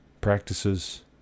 practices